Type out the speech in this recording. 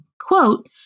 quote